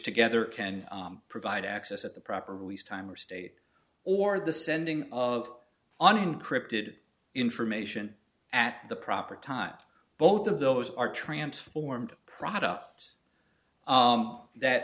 together can provide access at the proper release time or state or the sending of an encrypted information at the proper time both of those are transformed products that